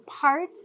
parts